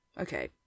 Okay